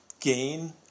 gain